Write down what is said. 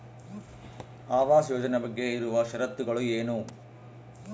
ಆವಾಸ್ ಯೋಜನೆ ಬಗ್ಗೆ ಇರುವ ಶರತ್ತುಗಳು ಏನು?